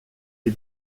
les